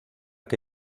que